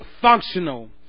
functional